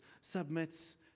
submits